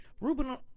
Ruben